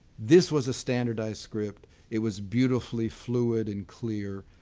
this was a standardized script. it was beautifully fluid and clear.